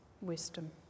wisdom